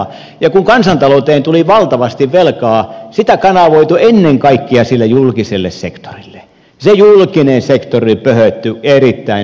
ja kun kansantalouteen tuli valtavasti velkaa sitä kanavoitui ennen kaikkea sille julkiselle sektorille ja se julkinen sektori pöhöttyi erittäin suureksi jnp